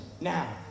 Now